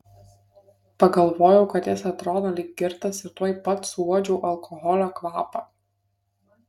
pagalvojau kad jis atrodo lyg girtas ir tuoj pat suuodžiau alkoholio kvapą